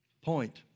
point